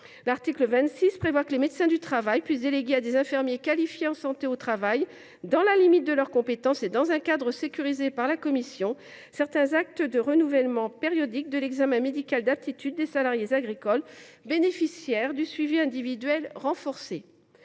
L’article 26 prévoit que les médecins du travail puissent déléguer à des infirmiers qualifiés en santé au travail, dans la limite de leurs compétences et dans un cadre sécurisé par la commission, certains actes du renouvellement périodique de l’examen médical d’aptitude des salariés agricoles bénéficiaires du suivi individuel renforcé.